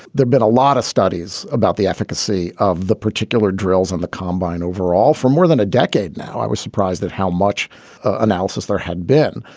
been a lot of studies about the efficacy of the particular drills on the combine overall for more than a decade. now, i was surprised at how much analysis there had been.